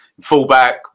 fullback